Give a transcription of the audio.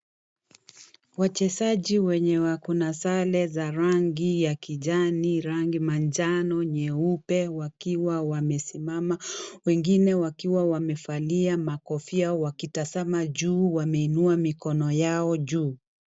Wachezaji wenye wako na sare za rangi ya kijani, rangi manjano, nyeupe, wakiwa wamesimama. Wengine wakiwa wamevalia makofia wakitazama juu wameinua mikono yao juu.